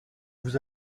vous